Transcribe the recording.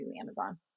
Amazon